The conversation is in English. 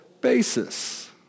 basis